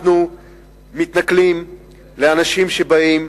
אנחנו מתנכלים לאנשים שבאים,